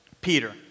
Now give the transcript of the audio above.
Peter